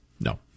No